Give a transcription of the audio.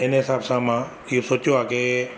इन जे हिसाब सां मां इहो सोचियो आ कि